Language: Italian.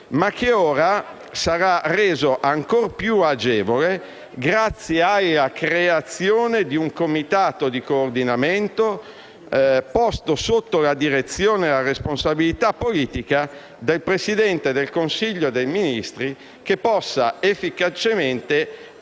ma che ora sarà reso ancora più agevole grazie alla creazione di un comitato di coordinamento, posto sotto la direzione e la responsabilità politica del Presidente del Consiglio dei Ministri, che possa efficacemente